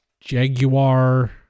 Jaguar